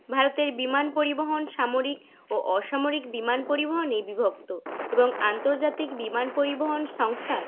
ভারতের বিমান পরিবহন সামরিক ও অসামরিক বিমান পরিবহনেই বিভক্ত এবং আন্তর্জাতিক বিমান পরিবহন সংস্থার